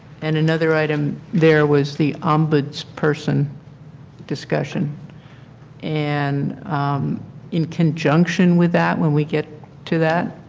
and another item, there was the ombudsman person discussion and in conjunction with that when we get to that,